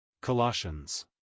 Colossians